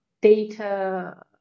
data